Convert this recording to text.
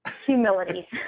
Humility